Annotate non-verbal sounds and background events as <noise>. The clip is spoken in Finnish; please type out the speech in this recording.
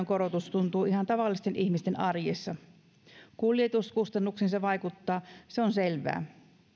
<unintelligible> korotus tuntuu ihan tavallisten ihmisten arjessa kuljetuskustannuksiin se vaikuttaa se on selvää